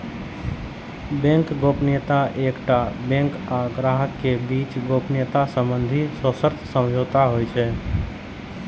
bank गोपनीयता एकटा bank आ ग्राहक के बीच गोपनीयता संबंधी सशर्त समझौता होइ छै